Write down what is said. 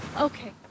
Okay